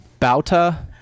Bauta